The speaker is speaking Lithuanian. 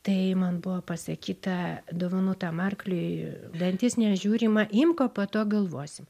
tai man buvo pasakyta dovanotam arkliui į dantis nežiūrima imk o po to galvosim